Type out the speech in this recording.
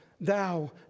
thou